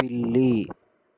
పిల్లి